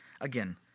Again